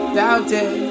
doubted